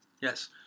Yes